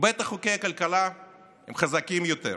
ובטח חוקי הכלכלה הם חזקים יותר.